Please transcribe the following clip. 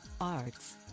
Arts